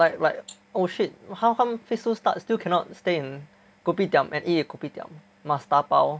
like like oh shit how come phase two starts still cannot stay in kopitiam and eat at kopitiam must 打包